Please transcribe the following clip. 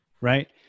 right